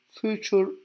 future